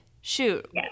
Shoot